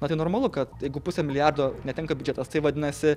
na tai normalu kad jeigu pusę milijardo netenka biudžetas tai vadinasi